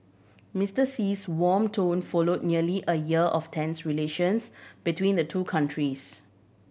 Mister Xi's warm tone follow nearly a year of tense relations between the two countries